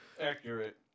Accurate